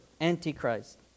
Antichrist